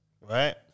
Right